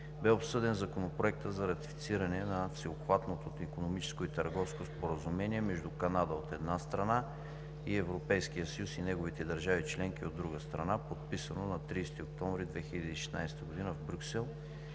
бе обсъден Законопроект за ратифициране на Всеобхватното икономическо и търговско споразумение между Канада, от една страна, и Европейския съюз и неговите държави членки, от друга страна, подписано на 30 октомври 2016 г. в Брюксел,